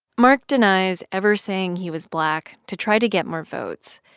mark denies ever saying he was black to try to get more votes.